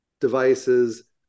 devices